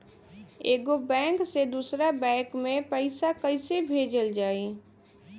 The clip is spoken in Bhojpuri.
एगो बैक से दूसरा बैक मे पैसा कइसे भेजल जाई?